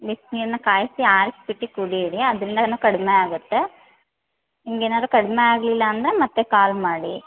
ಬಿಸಿನೀರ್ನ ಕಾಯಿಸಿ ಆರ್ಸ್ಬಿಟ್ಟು ಕುಡೀರಿ ಅದರಿಂದನು ಕಡಿಮೆ ಆಗುತ್ತೆ ನಿಮ್ಗೆ ಏನಾದ್ರು ಕಡಿಮೆ ಆಗಲಿಲ್ಲ ಅಂದರೆ ಮತ್ತೆ ಕಾಲ್ ಮಾಡಿ